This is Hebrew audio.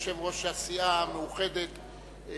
יושב-ראש הסיעה המאוחדת,